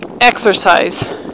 exercise